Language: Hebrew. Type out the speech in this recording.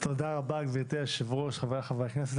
תודה רבה, גברתי היושבת-ראש, חבריי חברי הכנסת.